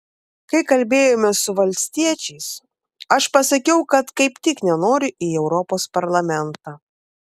kai kalbėjome su valstiečiais aš pasakiau kad kaip tik nenoriu į europos parlamentą